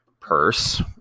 purse